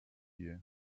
you